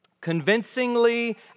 convincingly